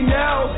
now